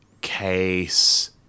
Case